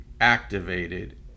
activated